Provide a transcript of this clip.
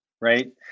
right